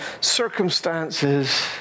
circumstances